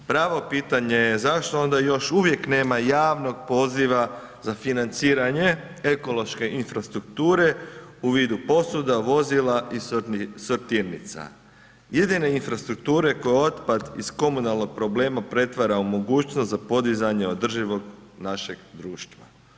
Pravo pitanje je zašto onda još uvijek nema javnog poziva za financiranje ekološke infrastrukture u vidu posuda, vozila i sortirnica, jedine infrastrukture koje otpad iz komunalnog problema pretvara u mogućnost za podizanje održivog našeg društva.